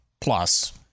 plus